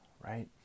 Right